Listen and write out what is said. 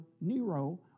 Nero